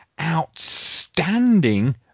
outstanding